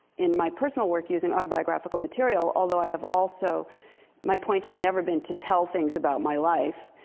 in my personal work using autobiographical material, although i have also my point has never been to tell things about my life.